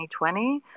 2020